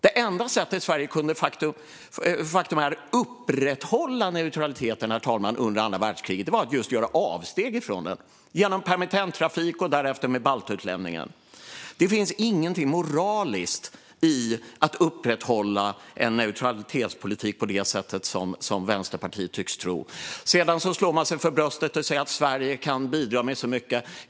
Det enda sättet som Sverige kunde upprätthålla neutraliteten på under andra världskriget, herr talman, var att just göra avsteg från den, genom permittenttrafik och därefter med baltutlämningen. Det finns ingenting moraliskt med att upprätthålla en neutralitetspolitik på det sättet, som Vänsterpartiet tycks tro. Sedan slår man sig för bröstet och säger att Sverige kan bidra med så mycket.